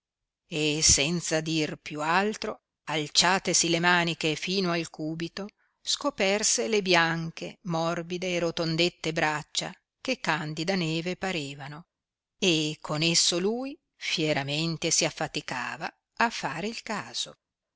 e senza dir più altro alciatesi le maniche fino al cubito scoperse le bianche morbide e ritondette braccia che candida neve parevano e con esso lui fieramente si affaticava a far il caso